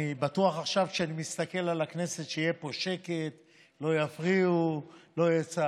אני קובע שתקנות סמכויות מיוחדות להתמודדות עם נגיף הקורונה החדש (הוראת